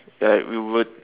like we would